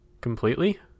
completely